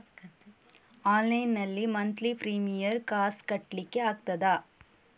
Online ನಲ್ಲಿ monthly premium ಕಾಸ್ ಕಟ್ಲಿಕ್ಕೆ ಆಗ್ತದಾ?